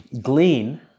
glean